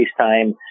FaceTime